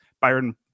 Byron